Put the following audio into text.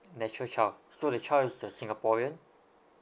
natural child so the child is a singaporean